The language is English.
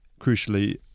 crucially